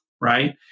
right